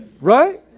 right